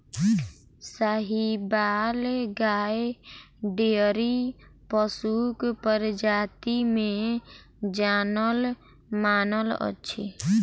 साहिबाल गाय डेयरी पशुक प्रजाति मे जानल मानल अछि